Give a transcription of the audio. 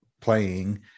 playing